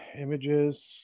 images